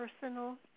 personal